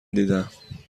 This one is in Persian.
دیدم